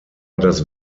das